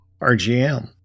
RGM